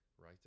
right